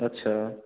अच्छा